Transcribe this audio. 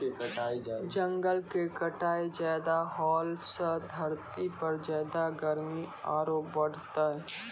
जंगल के कटाई ज्यादा होलॅ सॅ धरती पर ज्यादा गर्मी आरो बढ़तै